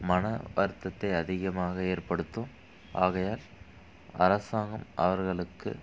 மன வருத்தத்தை அதிகமாக ஏற்படுத்தும் ஆகையால் அரசாங்கம் அவர்களுக்கு